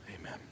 Amen